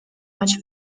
much